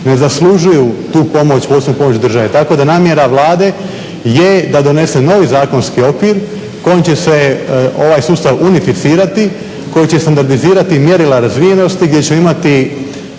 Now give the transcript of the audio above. ne zaslužuju tu pomoć, posebnu pomoć države. Tako da namjera Vlade je da donese novi zakonski okvir kojim će se ovaj sustav unificirati, koji će standardizirati mjerila razvijenosti gdje će imati